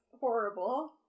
horrible